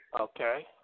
Okay